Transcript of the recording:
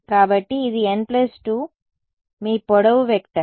కాబట్టి ఇది n2 మీ పొడవు వెక్టార్ సరే